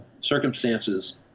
circumstances